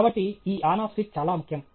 కాబట్టి ఈ on off switch చాలా ముఖ్యం